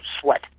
sweat